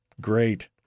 Great